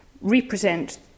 represent